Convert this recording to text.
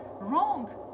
wrong